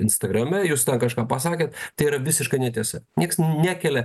instagrame jūs ten kažką pasakėt tai yra visiška netiesa niekas nekelia